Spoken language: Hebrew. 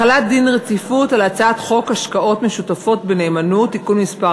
החלת דין רציפות על הצעת חוק השקעות משותפות בנאמנות (תיקון מס'